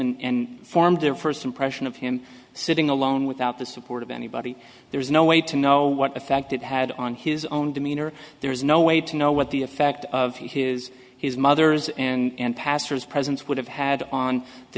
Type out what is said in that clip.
in form their first impression of him sitting alone without the support of anybody there is no way to know what effect it had on his own demeanor there's no way to know what the effect of his his mother's and pastor's presence would have had on the